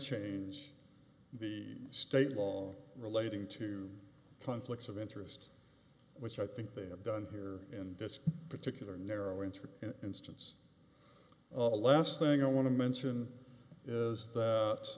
change the state law relating to conflicts of interest which i think they have done here in this particular narrowing to an instance of the last thing i want to mention is that